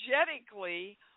energetically